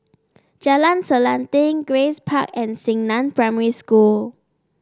Jalan Selanting Grace Park and Xingnan Primary School